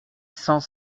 cent